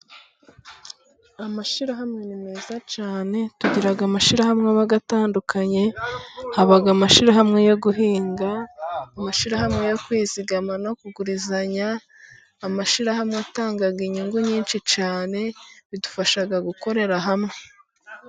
Amashyirahamwe ni meza cyane. Tugira amashyirahamwe aba atandukanye; haba amashyihamwe yo guhinga, amashyihamwe yo kwizigama no kugurizanya, amashyirahamwe atanga inyungu nyinshi cyane, bidufasha gukorera hamwe.